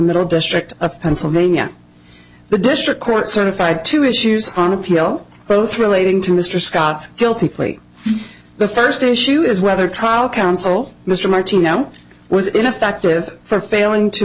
middle district of pennsylvania the district court certified two issues on appeal both relating to mr scott's guilty plea the first issue is whether trial counsel mr martino was ineffective for failing to